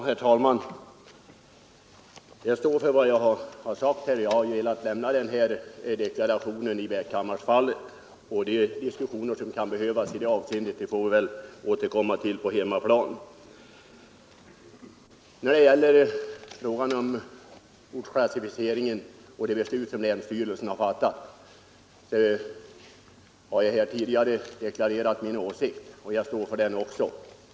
Herr talman! Jag står för vad jag har sagt. Jag har velat lämna den här deklarationen i Bäckhammarsfallet, och de diskussioner som kan behövas i det avseendet får vi väl återkomma till på hemmaplan. När det gäller ortsklassificeringen och det beslut som länsstyrelsen fattat har jag här tidigare deklarerat min åsikt, och jag står för den också.